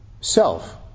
self